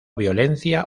violencia